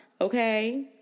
Okay